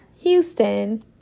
Houston